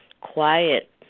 quiet